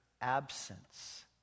absence